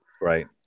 Right